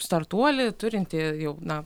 startuolį turintį jau na